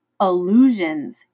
Illusions